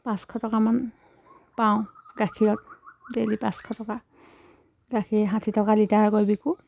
পাঁচশ টকামান পাওঁ গাখীৰত ডেইলি পাঁচশ টকা গাখীৰ ষাঠি টকা লিটাৰকৈ বিকো